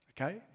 Okay